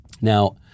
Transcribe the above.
Now